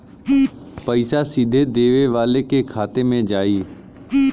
पइसा सीधे देवे वाले के खाते में जाई